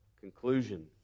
conclusion